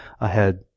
ahead